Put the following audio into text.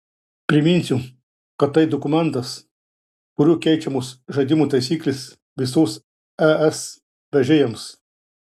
priminsiu kad tai dokumentas kuriuo keičiamos žaidimo taisyklės visos es vežėjams